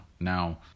Now